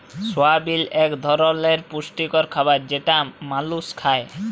সয়াবিল এক ধরলের পুষ্টিকর খাবার যেটা মালুস খায়